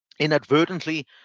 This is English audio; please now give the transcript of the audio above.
inadvertently